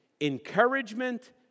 encouragement